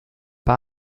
bei